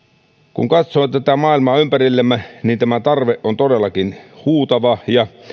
kun katsoo tätä maailmaa ympärillämme niin tämä tarve on todellakin huutava